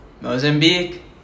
Mozambique